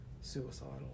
suicidal